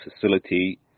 facility